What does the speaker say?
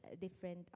different